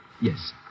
Yes